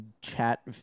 chat